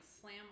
slam